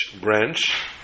branch